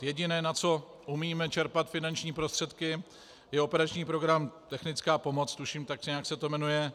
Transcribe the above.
Jediné, na co umíme čerpat finanční prostředky, je operační program technická pomoc, tuším, že tak nějak se to jmenuje.